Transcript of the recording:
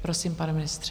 Prosím, pane ministře.